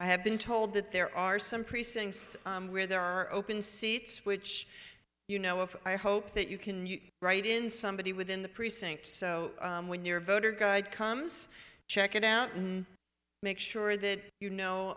i have been told that there are some precincts where there are open seats which you know if i hope that you can write in somebody within the precincts so when your voter guide comes check it out and make sure that you know